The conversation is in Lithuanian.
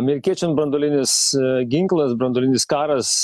amerikiečiam branduolinis ginklas branduolinis karas